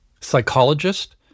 psychologist